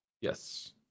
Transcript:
Yes